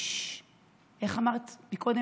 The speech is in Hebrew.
איך אמרת קודם?